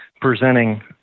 presenting